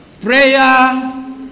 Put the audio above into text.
Prayer